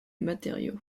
matériaux